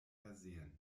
versehen